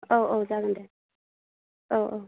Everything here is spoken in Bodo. औ औ जागोन दे औ औ